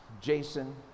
jason